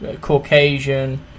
Caucasian